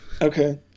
Okay